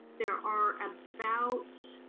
there are about